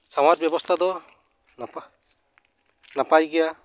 ᱥᱟᱶᱟᱨ ᱵᱮᱵᱚᱥᱛᱷᱟ ᱫᱚ ᱱᱟᱯᱟ ᱱᱟᱯᱟᱭ ᱜᱮᱭᱟ